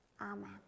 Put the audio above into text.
Amen